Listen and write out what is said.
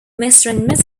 mrs